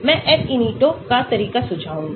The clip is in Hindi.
मैं Ab initio का तरीका सुझाऊँगा